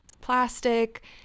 plastic